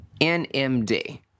NMD